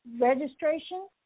registration